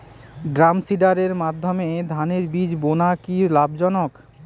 ড্রামসিডারের মাধ্যমে ধানের বীজ বোনা কি লাভজনক?